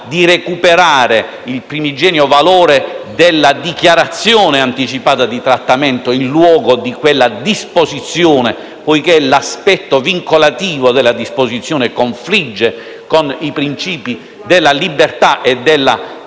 di recuperare il primigenio valore della dichiarazione anticipata di trattamento, in luogo della disposizione, poiché l'aspetto vincolativo di quest'ultima confligge con i principi della libertà e dell'autonomia